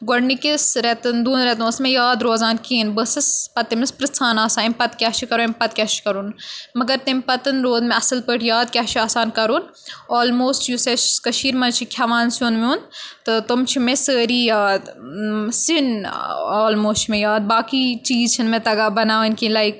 گۄڈٕنِکِس ریٚتَن دۄن ریٚتَن اوس نہٕ مےٚ یاد روزان کہیٖنۍ بہٕ ٲسٕس پَتہٕ تٔمِس پِرٛژھان آسان امہِ پَتہٕ کیاہ چھُ کَرُن امہِ پَتہٕ کیاہ چھُ کَرُن مگر تمہِ پَتہٕ روٗد مےٚ اصٕل پٲٹھۍ یاد کیاہ چھُ آسان کَرُن آلموسٹ یُس أسۍ کٔشیٖر مَنٛز چھِ کھٮ۪وان سیُن ویُن تہٕ تِم چھِ مےٚ سٲرِے یاد سِنۍ آلموسٹ چھِ مےٚ یاد باقٕے چیٖز چھِنہٕ مےٚ تَگان بَناوٕنۍ کیٚنٛہہ لایک